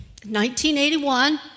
1981